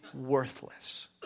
worthless